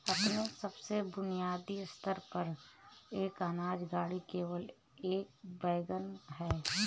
अपने सबसे बुनियादी स्तर पर, एक अनाज गाड़ी केवल एक वैगन है